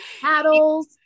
paddles